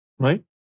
Right